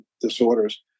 disorders